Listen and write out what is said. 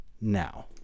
now